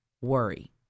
worry